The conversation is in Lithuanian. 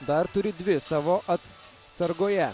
dar turi dvi savo atsargoje